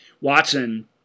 watson